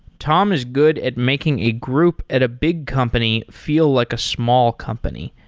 tom is good at making a group at a big company feel like a small company.